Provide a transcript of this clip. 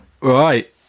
Right